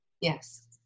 Yes